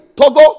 Togo